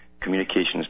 communications